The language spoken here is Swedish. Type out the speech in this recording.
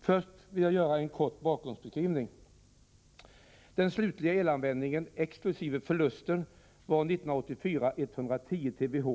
Först vill jag ge en kort bakgrundsbeskrivning. Den slutliga elanvändningen exkl. förluster uppgick 1984 till 110 TWh.